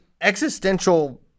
existential